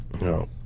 No